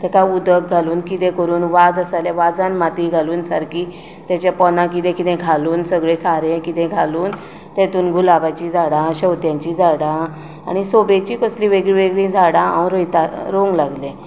ताका उदक घालून कितें करून वाझ आसा जाल्यार वाझान माती घालून सारकी तेच्या पोंदा कितें कितें घालून सगळें सारें कितें घालून तेतून गुलाबाचीं झाडां शेंवत्यांचीं झाडां आनी सोबेची कसलीं वेगळीं वेगळीं झाडां रोवींक लागलीं